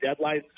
deadlines